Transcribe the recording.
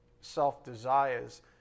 self-desires